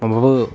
खमावबाबो